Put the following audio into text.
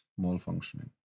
malfunctioning